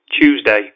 Tuesday